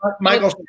Michael